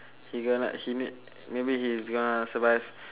he gonna he need maybe he's gonna survive